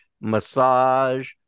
massage